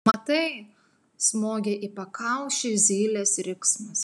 matai smogė į pakaušį zylės riksmas